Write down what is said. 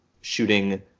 shooting